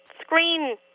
screen